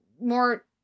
more